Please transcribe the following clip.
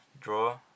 draw